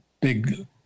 Big